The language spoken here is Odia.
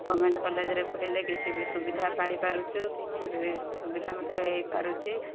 ଗଭର୍ଣ୍ଣମେଣ୍ଟ୍ କଲେଜ୍ରେ ପଢ଼ିଲେ କିଛି ବି ସୁବିଧା ପାଇପାରୁଛୁ କିଛି ବି ସୁବିଧା ମଧ୍ୟ ହେଇପାରୁଛି